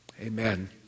amen